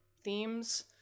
themes